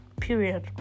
period